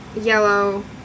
yellow